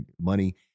money